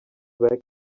welcome